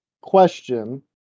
question